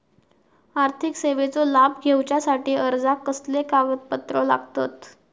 आर्थिक सेवेचो लाभ घेवच्यासाठी अर्जाक कसले कागदपत्र लागतत?